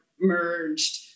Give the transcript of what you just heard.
merged